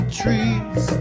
trees